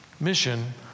mission